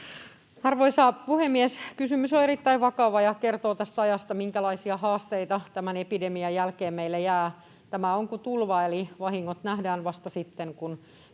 Arvoisa puhemies! Kysymys on erittäin vakava ja kertoo tästä ajasta, siitä, minkälaisia haasteita tämän epidemian jälkeen meille jää. Tämä on kuin tulva, eli vahingot nähdään vasta sitten,